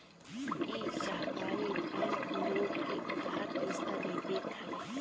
इ सहकारी बैंक लोग के उधार पईसा भी देत हवे